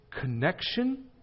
connection